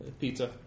Pizza